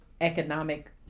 economic